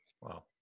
Wow